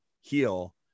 heal